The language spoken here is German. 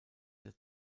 der